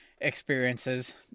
experiences